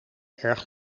erg